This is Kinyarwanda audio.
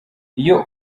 iyo